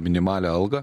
minimalią algą